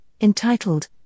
entitled